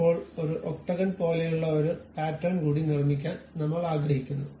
ഇപ്പോൾ ഒരു ഒക്ടഗോൺ പോലെയുള്ള ഒരു പാറ്റേൺ കൂടി നിർമ്മിക്കാൻ നമ്മൾ ആഗ്രഹിക്കുന്നു